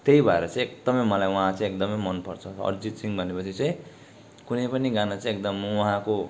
त्यही भएर चाहिँ एकदमै मलाई उहाँ चाहिँ एकदमै मनपर्छ अरिजित सिंह भनेपछि चाहिँ कुनै पनि गाना चाहिँ एकदम उहाँको